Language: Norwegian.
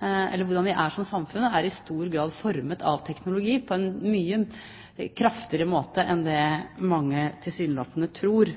er i stor grad formet av teknologi, på en mye kraftigere måte enn det mange tilsynelatende tror.